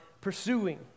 pursuing